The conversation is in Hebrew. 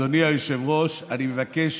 אני מבקש,